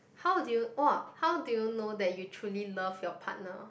how did you !wah! how did you know that you truly love your partner